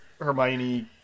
Hermione